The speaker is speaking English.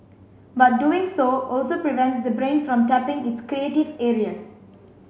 but doing so also prevents the brain from tapping its creative areas